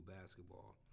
basketball